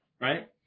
Right